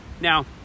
Now